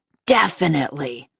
definitely!